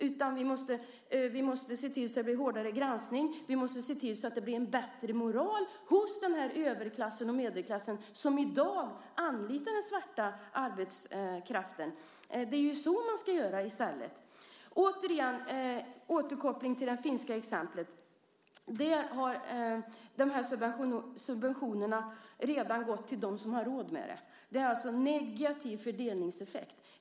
Man måste se till att det blir hårdare granskning och en bättre moral hos den överklass och medelklass som i dag anlitar den svarta arbetskraften. Det är ju så man ska göra i stället. Återigen: återkoppling till det finska exemplet. Där har subventionerna gått till dem som redan har råd med det. Det är alltså en negativ fördelningseffekt.